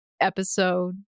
episode